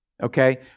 Okay